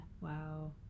Wow